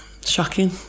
shocking